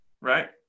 right